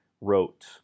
wrote